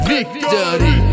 Victory